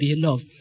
beloved